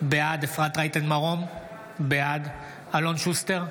בעד אפרת רייטן מרום, בעד אלון שוסטר,